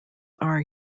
are